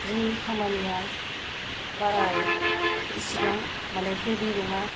जोंनि खामानिया बारा इसेबां मानि हेभि नङा